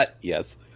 Yes